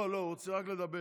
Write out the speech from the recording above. לא, לא, הוא רוצה רק לדבר.